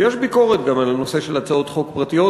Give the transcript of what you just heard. ויש ביקורת גם על הנושא של הצעות חוק פרטיות,